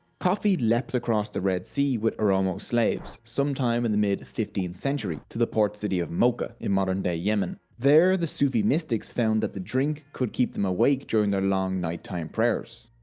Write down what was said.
coffee leapt across the red sea with oromo slaves, sometime in the mid fifteenth century to the port city of mocha, in modern day yemen. there the sufi mystics found that the drink could keep them awake during their long night-time prayers.